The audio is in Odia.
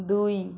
ଦୁଇ